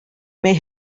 may